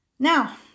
Now